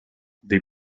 the